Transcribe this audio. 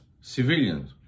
civilians